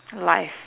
life